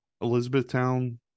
Elizabethtown